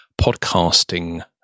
podcasting